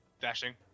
dashing